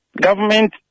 government